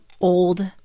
Old